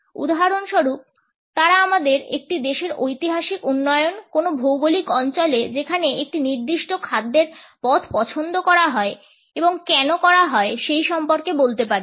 উদাহরণস্বরূপ তারা আমাদের একটি দেশের ঐতিহাসিক উন্নয়ন কোন ভৌগলিক অঞ্চলে যেখানে একটি নির্দিষ্ট খাদ্যের পদ পছন্দ করা হয় এবং কেন করা হয় সেই সম্পর্কে বলতে পারেন